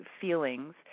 feelings